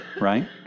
right